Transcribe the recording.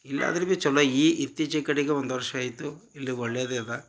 ಇಲ್ಲಿ ಅದರ ಬಿ ಚಲೋ ಈ ಇತ್ತೀಚಿಗೆ ಕಡೆಗೆ ಒಂದು ವರ್ಷ ಆಯಿತು ಇಲ್ಲಿ ಒಳ್ಳೆಯದೆ ಅದ